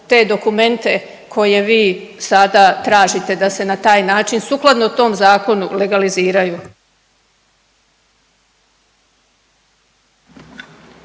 te dokumente koje vi sada tražite da se na taj način sukladno tom zakonu legaliziraju?